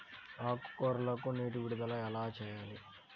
ఆకుకూరలకు నీటి విడుదల ఎలా చేయాలి?